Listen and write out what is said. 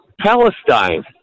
Palestine